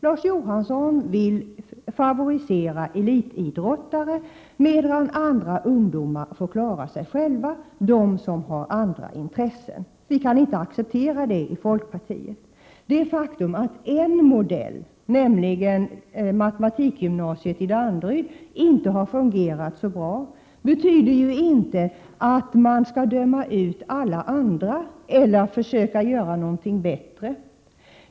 Larz Johansson vill favorisera elitidrottare, medan andra ungdomar, som har andra intressen, får klara sig själva. Vi i folkpartiet kan inte acceptera det. Det faktum att en modell, nämligen matematikgymnasiet i Danderyd, inte har fungerat så bra, betyder inte att man skall döma ut alla andra och inte försöka göra någonting bättre.